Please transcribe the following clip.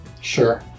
Sure